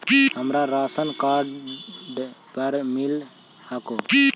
हमरा राशनकार्डवो पर मिल हको?